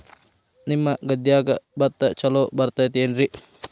ನಿಮ್ಮ ಗದ್ಯಾಗ ಭತ್ತ ಛಲೋ ಬರ್ತೇತೇನ್ರಿ?